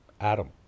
Adam